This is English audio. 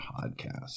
podcast